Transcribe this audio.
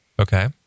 Okay